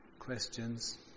questions